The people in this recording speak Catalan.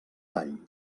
tall